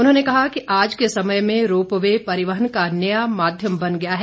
उन्होंने कहा कि आज के समय में रोपवे परिवहन का नया माध्यम बना है